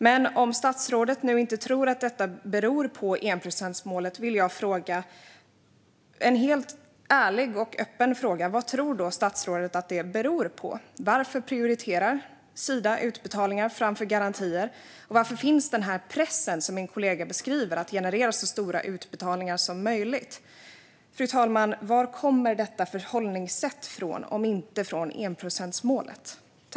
Men om statsrådet nu inte tror att detta beror på enprocentsmålet vill jag ställa en helt ärlig och öppen fråga: Vad tror då statsrådet att det beror på? Varför prioriterar Sida utbetalningar framför garantier, och varför finns pressen, som min kollega beskrev, att generera så stora utbetalningar som möjligt? Fru talman! Varifrån kommer detta förhållningssätt om inte från enprocentsmålet?